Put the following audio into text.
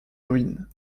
ruines